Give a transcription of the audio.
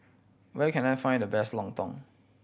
where can I find the best lontong